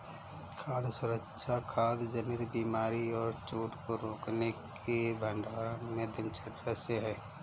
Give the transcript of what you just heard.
खाद्य सुरक्षा खाद्य जनित बीमारी और चोट को रोकने के भंडारण में दिनचर्या से है